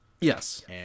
Yes